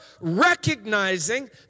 recognizing